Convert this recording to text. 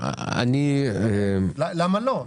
למה לא?